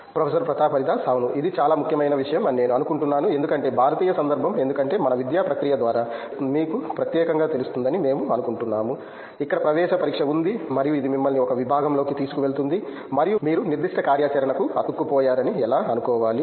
professor Pratap Haridas అవును ఇది చాలా ముఖ్యమైన విషయం అని నేను అనుకుంటున్నాను ఎందుకంటే భారతీయ సందర్భం ఎందుకంటే మన విద్యా ప్రక్రియ ద్వారా మీకు ప్రత్యేకంగా తెలుస్తుందని మేము అనుకుంటున్నాము ఇక్కడ ప్రవేశ పరీక్ష ఉంది మరియు ఇది మిమ్మల్ని ఒక విభాగంలోకి తీసుకువెళుతుంది మరియు మీరు కొన్ని మీరు నిర్దిష్ట కార్యాచరణకు అతుక్కుపోయారని ఎలా అనుకోవాలి